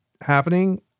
happening